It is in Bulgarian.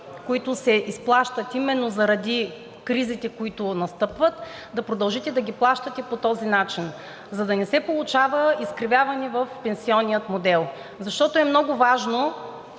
които се изплащат именно заради кризите, които настъпват, да продължите да ги плащате по този начин, за да не се получава изкривяване в пенсионния модел. Много е важно